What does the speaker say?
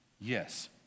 Yes